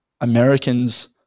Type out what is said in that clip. Americans